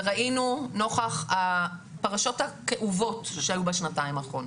וראינו נוכח הפרשות הכאובות שהיו בשנתיים האחרונות.